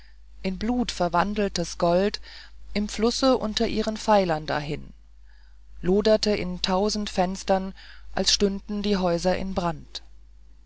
in blut verwandeltes gold im flusse unter ihren pfeilern dahin loderte in tausend fenstern als stünden die häuser in brand